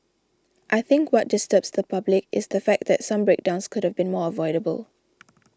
I think what disturbs the public is the fact that some breakdowns could have been avoidable